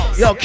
yo